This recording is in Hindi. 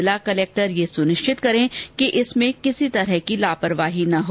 जिला कलक्टर यह सुनिश्चित करें और इसमें किसी तरह की लापरवाही न हो